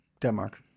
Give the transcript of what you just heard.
Denmark